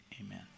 Amen